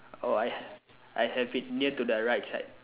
oh I I have it near to the right side